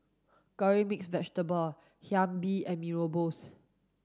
curry mixed vegetable Hae Mee and Mee Rebus